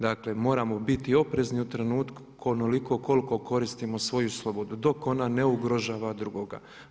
Dakle moramo biti oprezni u trenutku onoliko koliko koristimo svoju slobodu, dok ona ne ugrožava drugoga.